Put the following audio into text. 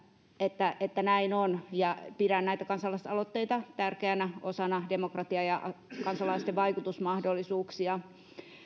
että että näin on ja pidän näitä kansalaisaloitteita tärkeänä osana demokratiaa ja kansalaisten vaikutusmahdollisuuksia